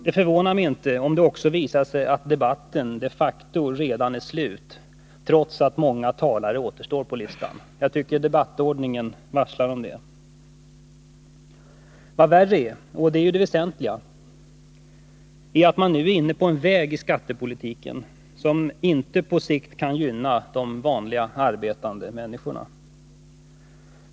Det förvånar mig inte om det också visar sig att debatten de facto redan är slut trots att många talare återstår på listan. Jag tycker debattordningen varslar om det. Vad värre är, och det är det väsentliga: Man har nu gått in för en skattepolitik som på sikt inte kan gynna de vanliga arbetande människorna.